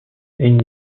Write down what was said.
une